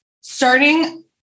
starting